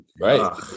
Right